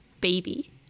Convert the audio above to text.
baby